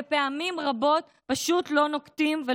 ופעמים רבות פשוט לא נוקטים הליך,